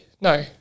No